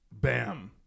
Bam